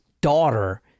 daughter